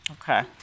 Okay